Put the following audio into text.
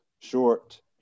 short